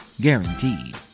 Guaranteed